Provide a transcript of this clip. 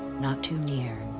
not too near,